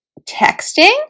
texting